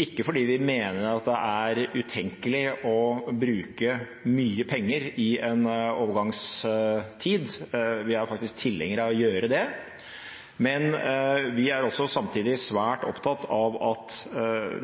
ikke fordi vi mener at det er utenkelig å bruke mye penger i en overgangstid – vi er faktisk tilhenger av å gjøre det – men vi er også samtidig svært opptatt av at